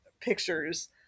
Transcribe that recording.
pictures